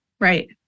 Right